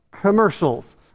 commercials